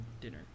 dinner